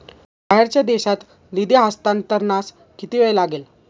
बाहेरच्या देशात निधी हस्तांतरणास किती वेळ लागेल?